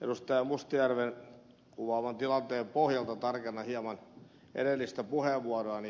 mustajärven kuvaaman tilanteen pohjalta tarkennan hieman edellistä puheenvuoroani